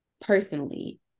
personally